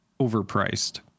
overpriced